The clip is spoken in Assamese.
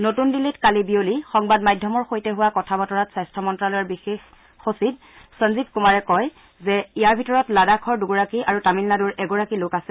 নতুন দিল্লীত কালি বিয়লি সংবাদ মাধ্যমৰ সৈতে হোৱা কথা বতৰাত স্বাস্থ্য মন্ত্যাৰলয়ৰ বিশেষ সচিব সঞ্জীৱ কুমাৰে কয় যে ইয়াৰ ভিতৰত লাডাখৰ দ্গৰাকী আৰু তামিলনাড়ৰ এগৰাকী লোক আছে